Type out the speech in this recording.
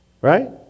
Right